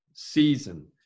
season